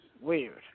Weird